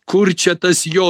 kur čia tas jo